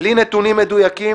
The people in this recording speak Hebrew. בלי נתונים מדויקים